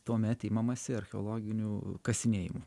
tuomet imamasi archeologinių kasinėjimų